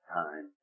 time